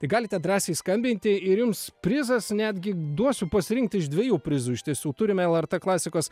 tai galite drąsiai skambinti ir jums prizas netgi duosiu pasirinkt iš dviejų prizų iš tiesų turime lrt klasikos